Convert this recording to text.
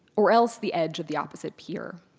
or else the edge of the opposite pier.